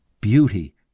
beauty